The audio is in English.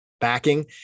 Backing